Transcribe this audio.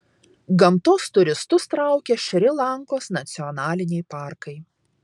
gamtos turistus traukia šri lankos nacionaliniai parkai